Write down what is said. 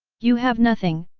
you have nothing,